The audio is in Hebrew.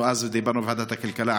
אז דיברנו בוועדת הכלכלה,